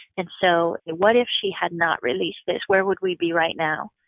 and so what if she had not released this? where would we be right now?